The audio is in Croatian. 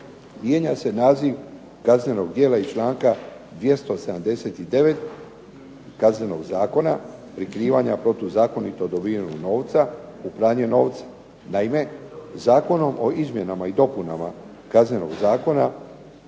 mijenja se naziv kaznenog djela iz članka 279. Kaznenog zakona, prikrivanje protuzakonito dobivanje novca, u pranje novca. Naime, Zakonom o izmjenama i dopunama Kaznenog zakona